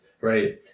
Right